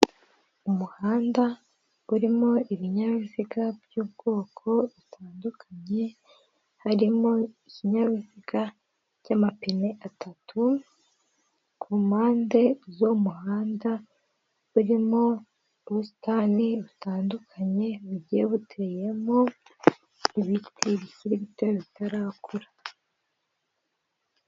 Umuhanda urimo ibinyabiziga by'ubwoko butandukanye, harimo ibinyabiziga by'amapine atatu, ku mpande z'uwo muhanda urimo ubusitani butandukanye bugiye buteyemo ibiti bikiri bito bitarakura.